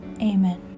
Amen